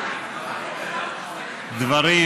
דברים